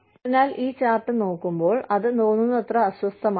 അതിനാൽ ഈ ചാർട്ട് നോക്കുമ്പോൾ അത് തോന്നുന്നത്ര അസ്വസ്ഥമാണ്